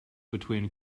between